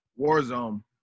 Warzone